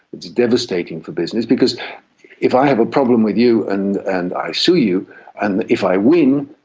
it's devastating for business because if i have a problem with you and and i sue you and if i win,